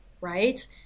right